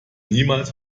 niemals